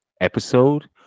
episode